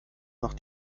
noch